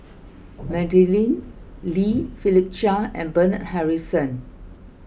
Madeleine Lee Philip Chia and Bernard Harrison